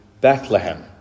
Bethlehem